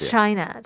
China